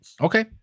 Okay